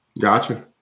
Gotcha